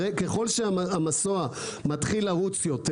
ככל שהמסוע מתחיל לרוץ יותר